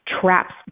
traps